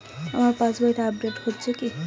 আমার পাশবইটা আপডেট হয়েছে কি?